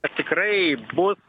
tikrai bus